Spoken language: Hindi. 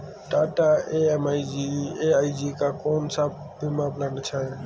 टाटा ए.आई.जी का कौन सा बीमा प्लान अच्छा है?